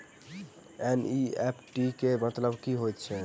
NEFT केँ मतलब की हएत छै?